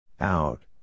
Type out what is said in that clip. Out